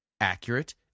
accurate